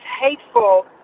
hateful